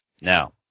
Now